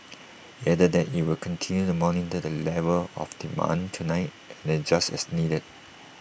IT added that IT will continue to monitor the level of demand tonight and adjust as needed